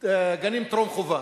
גני טרום-חובה.